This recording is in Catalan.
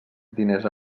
diners